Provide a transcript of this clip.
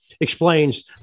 explains